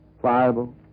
pliable